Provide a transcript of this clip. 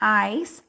eyes